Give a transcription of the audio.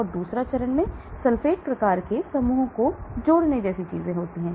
और फिर दूसरे चरण में सल्फेट प्रकार के समूहों को जोड़ने जैसी चीजें होती हैं